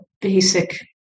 basic